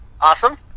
Awesome